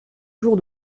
jour